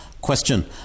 question